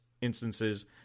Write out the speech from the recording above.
instances